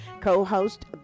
co-host